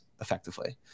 effectively